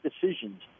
decisions